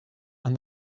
and